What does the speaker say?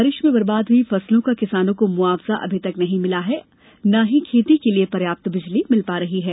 बारिश में बर्बाद हुई फसलों का किसानों को मुआवजा अभी तक नहीं मिला है और न ही खेती के लिए पर्याप्त बिजली मिल पा रही है